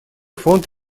фонд